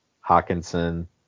Hawkinson